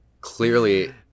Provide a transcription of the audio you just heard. clearly